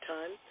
Time